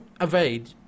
evade